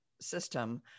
system